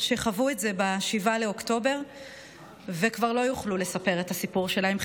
שחוו את זה ב-7 באוקטובר וכבר לא יוכלו לספר את הסיפור שלהן,